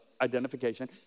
identification